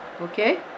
Okay